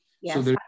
Yes